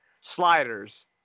sliders